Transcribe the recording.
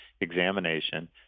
examination